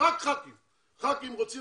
יש לי